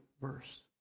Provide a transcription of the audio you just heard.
verse